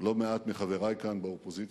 לא מעט מחברי כאן באופוזיציה,